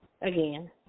Again